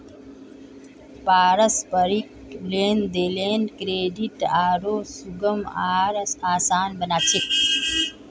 पारस्परिक लेन देनेर क्रेडित आरो सुगम आर आसान बना छेक